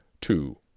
two